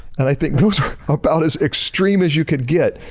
and i think those are about as extreme as you could get.